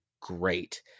great